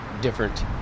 different